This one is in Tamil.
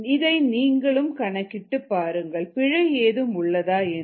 இதை நீங்களும் கணக்கிட்டுப் பாருங்கள் பிழை ஏதும் உள்ளதா என்று